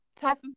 type